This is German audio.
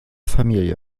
familie